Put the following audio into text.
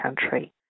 country